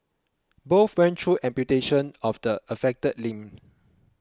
both went through amputation of the affected limb